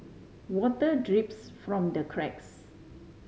water drips from the cracks